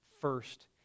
first